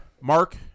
Mark